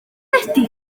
ydy